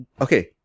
Okay